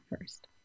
first